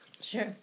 Sure